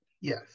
Yes